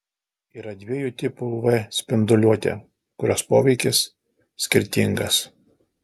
yra dviejų tipų uv spinduliuotė kurios poveikis skirtingas